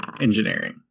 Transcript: Engineering